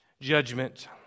judgment